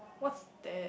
what's that